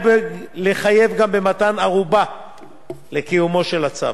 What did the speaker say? לחייב גם במתן ערובה לקיומו של הצו.